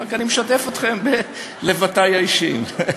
רק אני משתף אתכם בלבטי האישיים.